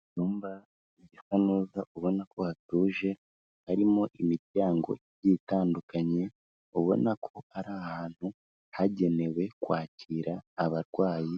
Icyumba gisa neza ubona ko hatuje, harimo imiryango itandukanye, ubona ko ari ahantu hagenewe kwakira abarwayi